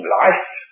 life